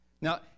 Now